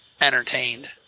entertained